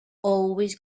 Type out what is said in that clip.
always